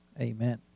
Amen